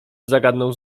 zagadnął